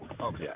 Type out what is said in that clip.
okay